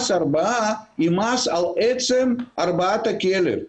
מס ההרבעה הוא מס על עצם הרבעת הכלב.